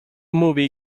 movie